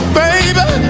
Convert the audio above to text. baby